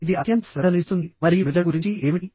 ఇది అత్యంత శ్రద్ధను ఇస్తుంది మరియు మెదడు గురించి ఏమిటి